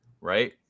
right